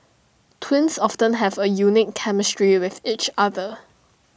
twins often have A unique chemistry with each other